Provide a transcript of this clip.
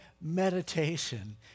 meditation